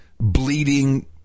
bleeding